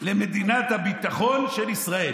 למדיניות הביטחון של ישראל,